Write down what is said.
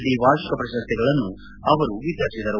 D ವಾರ್ಷಿಕ ಪ್ರಶಸ್ತಿಗಳನ್ನು ಅವರು ವಿತರಿಸಿದರು